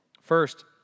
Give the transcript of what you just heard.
First